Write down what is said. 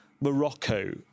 Morocco